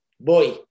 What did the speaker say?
boy